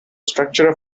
structure